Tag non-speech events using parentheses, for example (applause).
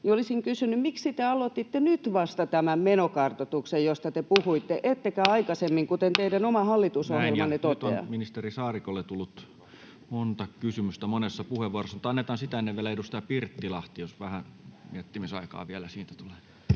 kanssa: miksi te aloititte nyt vasta tämän menokartoituksen, josta te puhuitte, (noise) ettekä aikaisemmin, kuten teidän oma hallitusohjelmanne toteaa? Näin. — Nyt on ministeri Saarikolle tullut monta kysymystä monessa puheenvuorossa, mutta annetaan sitä ennen vielä edustaja Pirttilahti, jos vähän miettimisaikaa vielä siitä tulee.